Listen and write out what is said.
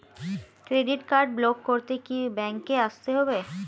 Credit card block করতে কি ব্যাংকে আসতে হবে?